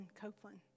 Copeland